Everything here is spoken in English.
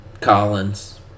Collins